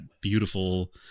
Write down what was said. beautiful